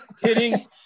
Hitting